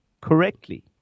correctly